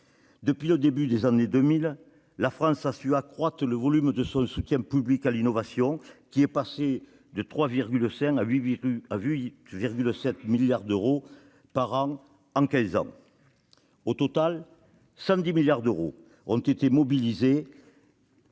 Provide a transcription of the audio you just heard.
Depuis le début des années 2000, la France a su accroître le volume du soutien public à l'innovation, qui est passé de 3,5 à 8,7 milliards d'euros par an en quinze ans. Au total, 110 milliards d'euros seront mobilisés